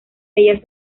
ellas